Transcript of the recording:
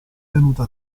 tenuta